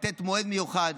לתת מועד מיוחד.